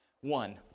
One